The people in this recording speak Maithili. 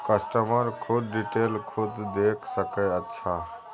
कस्टमर खुद डिटेल खुद देख सके अच्छा